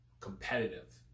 competitive